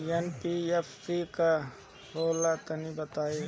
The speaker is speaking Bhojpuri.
एन.बी.एफ.सी का होला तनि बताई?